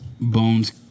Bones